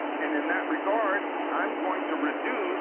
and in that regard, i'm going to reduce